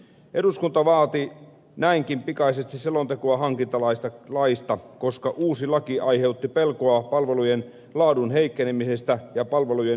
eduskunta vaati näinkin pikaisesti selontekoa hankintalaista koska uusi laki aiheutti pelkoja palvelujen laadun heikkenemisestä ja palvelujen yksityistämisestä